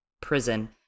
prison